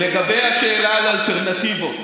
לגבי השאלה על אלטרנטיבות,